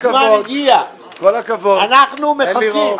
אנחנו מחכים.